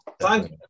Thank